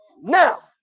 now